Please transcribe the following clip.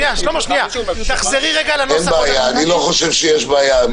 אני לא חושב שיש בעיה.